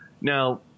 Now